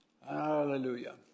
Hallelujah